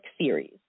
series